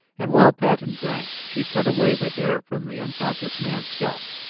and while patten drank she cut away the hair from the unconscious man's scalp.